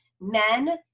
men